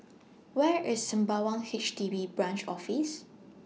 Where IS Sembawang H D B Branch Office